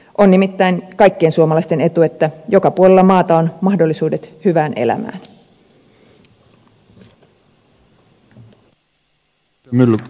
on nimittäin kaikkien suomalaisten etu että joka puolella maata on mahdollisuudet hyvään elämään